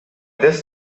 this